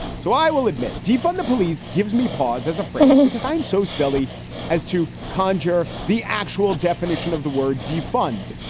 so i will admit defund the police gives me pause as a phrase, because i'm so silly as to conjure the actual definition of the word defund,